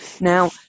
Now